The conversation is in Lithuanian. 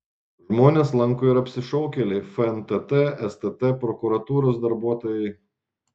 žmones lanko ir apsišaukėliai fntt stt prokuratūros darbuotojai